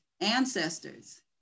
ancestors